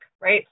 right